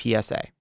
PSA